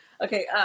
okay